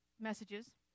messages